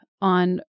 on